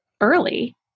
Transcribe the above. early